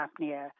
apnea